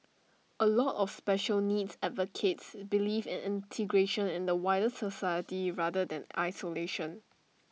A lot of special needs advocates believe in integration and wider society rather than isolation